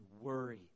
worry